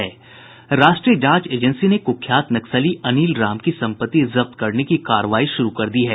राष्ट्रीय जांच एजेंसी ने कुख्यात नक्सली अनिल राम की संपत्ति जब्त करने की कार्रवाई शुरू कर दी है